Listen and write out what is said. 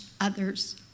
others